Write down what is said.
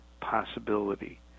possibility